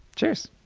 cheers.